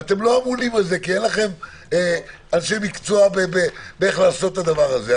אתם לא אמונים על זה כי אין לכם אנשי מקצוע איך לעשות את הדבר הזה,